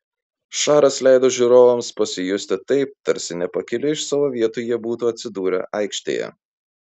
šaras leido žiūrovams pasijusti taip tarsi nepakilę iš savo vietų jie būtų atsidūrę aikštėje